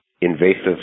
invasive